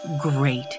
Great